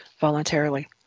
voluntarily